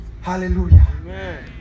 hallelujah